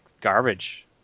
Garbage